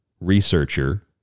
researcher